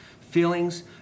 Feelings